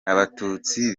abatutsi